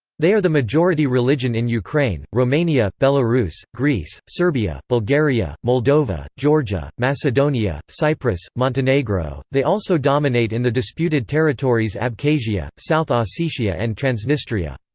they are the majority religion in ukraine, romania, belarus, greece, serbia, bulgaria, moldova, georgia, macedonia, cyprus, montenegro, they also dominate in the disputed territories abkhazia, south ossetia and transnistria.